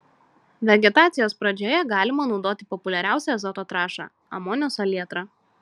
vegetacijos pradžioje galima naudoti populiariausią azoto trąšą amonio salietrą